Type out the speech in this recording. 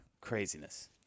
Craziness